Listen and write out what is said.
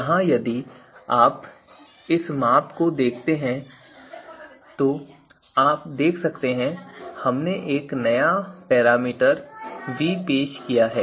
यहां यदि आप इस माप को देखते हैं तो आप देख सकते हैं कि हमने एक नया पैरामीटर v पेश किया है